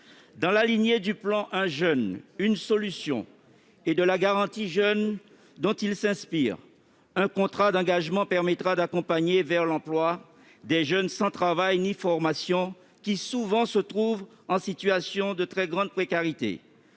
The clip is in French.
Dans la lignée du plan « 1 jeune, 1 solution » et de la garantie jeunes dont il s'inspire, un contrat d'engagement permettra d'accompagner vers l'emploi des jeunes sans travail ni formation, qui souvent se trouvent en situation de très grande précarité.